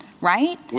right